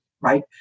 Right